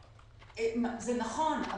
זה נכון.